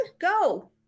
Go